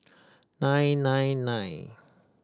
nine nine nine